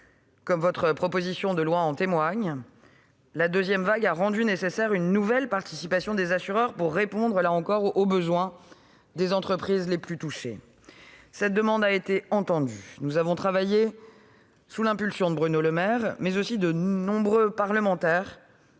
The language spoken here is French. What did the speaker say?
votre proposition de loi en témoigne -, la deuxième vague a rendu nécessaire une nouvelle participation des assureurs pour répondre aux besoins des entreprises les plus touchées. Cette demande a été entendue. Nous avons travaillé, sous l'impulsion de Bruno Le Maire, mais aussi de nombreux parlementaires,